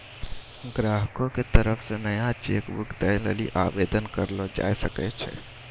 ग्राहको के तरफो से नया चेक बुक दै लेली आवेदन करलो जाय सकै छै